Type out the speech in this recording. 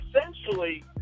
essentially